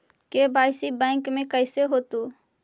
KYC bank में कैसे होतै?